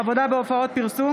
(עבודה בהופעות פרסום),